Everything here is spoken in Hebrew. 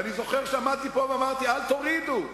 ואני זוכר שעמדתי פה ואמרתי: אל תורידו.